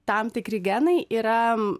tam tikri genai yra